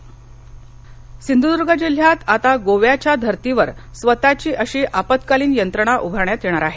मागणी सिंधुदर्ग सिध्रदूर्ग जिल्ह्यात आता गोव्याच्या धर्तीवर स्वतःची अशी आपत्कालीन यंत्रणा उभारण्यात येणार आहे